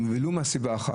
ולו מסיבה אחת.